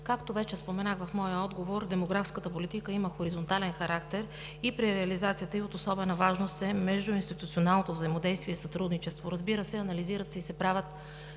както вече споменах в моя отговор, демографската политика има хоризонтален характер и при реализацията ѝ от особена важност е междуинституционалното взаимодействие и сътрудничество. Разбира се, анализират се и се